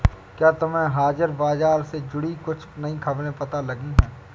क्या तुम्हें हाजिर बाजार से जुड़ी कुछ नई खबरें पता लगी हैं?